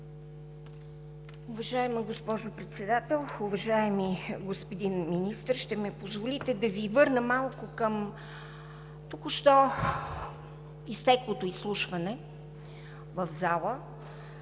Уважаема госпожо Председател! Уважаеми господин Министър, ще ми позволите да Ви върна малко към току-що изтеклото изслушване в зала